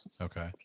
okay